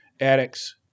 addicts